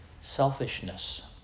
selfishness